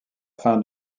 fin